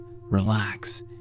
relax